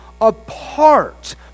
apart